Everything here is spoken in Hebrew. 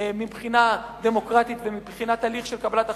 מבחינה דמוקרטית ומבחינת הליך של קבלת החלטות,